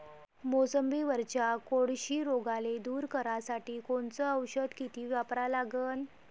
मोसंबीवरच्या कोळशी रोगाले दूर करासाठी कोनचं औषध किती वापरा लागन?